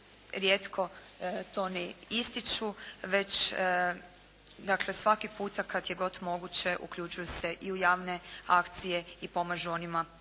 rijetko to ne ističu već dakle svaki puta kad je god moguće uključuju se u javne akcije i pomažu onima